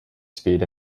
speed